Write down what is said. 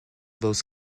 those